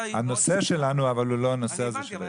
הנושא שלנו הוא לא הנושא הזה של הארגונים.